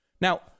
Now